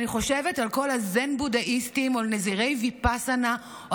אני חושבת על כל זן הבודהיסטים או על נזירי ויפאסנה או